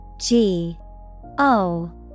G-O-